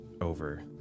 over